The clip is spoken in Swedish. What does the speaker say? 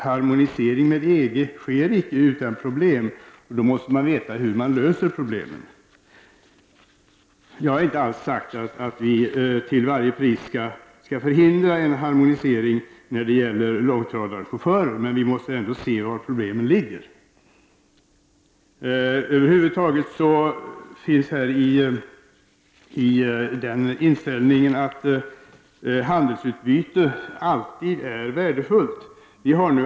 Harmoniseringen med EG sker nämligen icke utan problem. Och man måste då veta hur man löser problemen. Jag har inte alls sagt att vi till varje pris skall förhindra en harmonisering vad gäller långtradarchaufförer, men vi måste ändå se vari problemen ligger. Det är här fråga om en inställning som utgår från att handelsutbyte alltid är värdefullt.